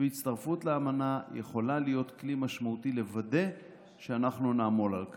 והצטרפות לאמנה יכולה להיות כלי משמעותי לוודא שאנחנו נעמול על כך.